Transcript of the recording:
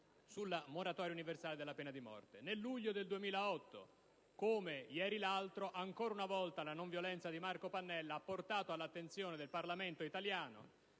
sulla moratoria universale della pena di morte. Nel luglio 2008, come l'altro ieri, ancora una volta la nonviolenza di Marco Pannella ha portato il Parlamento italiano